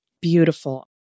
Beautiful